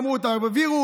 אמרו: תעבירו,